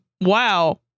Wow